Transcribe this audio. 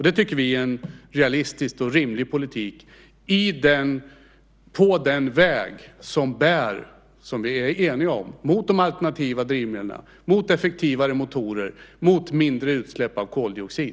Det tycker vi är en realistisk och rimlig politik på den väg som bär, och som vi är eniga om, mot de alternativa drivmedlen, mot effektivare motorer och mot mindre utsläpp av koldioxid.